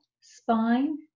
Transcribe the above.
spine